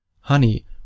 honey